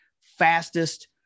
fastest